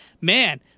Man